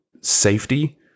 safety